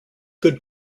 good